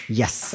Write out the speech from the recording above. yes